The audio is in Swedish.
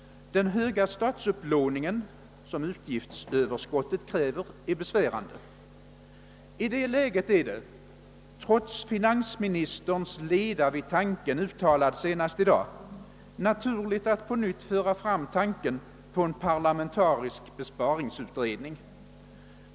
Den höga statsupplåning som utgiftsöverskottet kräver är besvärande. I det läget är det trots finanasministerns leda vid tanken, uttalad senast i dag, naturligt att på nytt föra fram tanken på en parlamentarisk besparingsutredning.